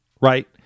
right